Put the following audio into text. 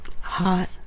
hot